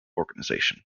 organization